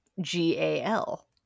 G-A-L